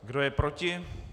Kdo je proti?